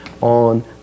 on